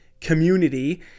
community